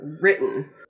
written